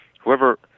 whoever